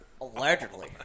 Allegedly